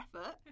effort